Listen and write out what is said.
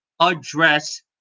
address